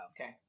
Okay